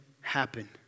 happen